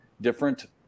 different